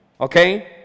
okay